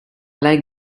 like